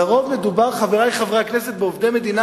לרוב מדובר, חברי חברי הכנסת, בעובדי מדינה.